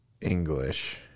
English